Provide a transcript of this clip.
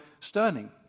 stunning